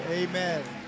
Amen